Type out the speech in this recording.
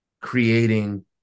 creating